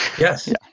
Yes